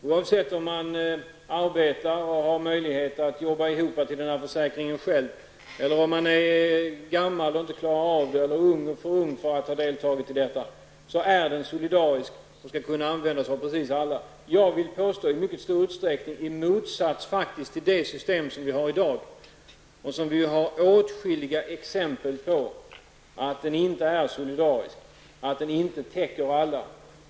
Oavsett om man arbetar och har möjlighet att arbeta ihop till denna försäkring själv, om man är gammal och inte klarar av det eller om man är för ung för att ha hunnit delta i detta är den solidarisk och skall kunna användas av precis alla och i mycket stor utsträckning, vill jag påstå, i motsats till det system som vi har i dag, som vi har åtskilliga exempel på att det inte är solidariskt och inte täcker alla.